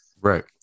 right